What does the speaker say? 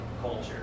culture